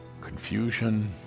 Confusion